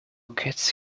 kids